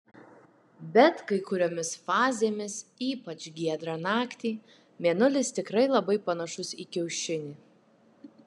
bet kai kuriomis fazėmis ypač giedrą naktį mėnulis tikrai labai panašus į kiaušinį